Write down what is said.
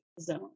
zone